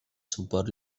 suport